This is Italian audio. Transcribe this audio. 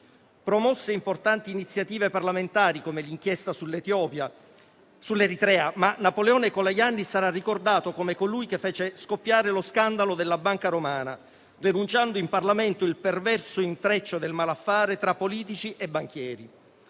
Promosse importanti iniziative parlamentari come l'inchiesta sull'Eritrea, ma Napoleone Colajanni sarà ricordato come colui che fece scoppiare lo scandalo della Banca Romana, denunciando in Parlamento il perverso intreccio del malaffare tra politici e banchieri.